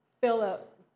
Philip